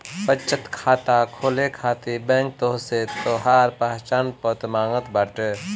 बचत खाता खोले खातिर बैंक तोहसे तोहार पहचान पत्र मांगत बाटे